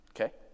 okay